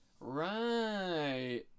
Right